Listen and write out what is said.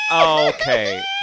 Okay